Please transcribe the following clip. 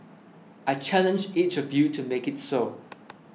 I challenge each of you to make it so